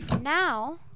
Now